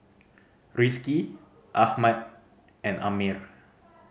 Rizqi Ahmad and Ammir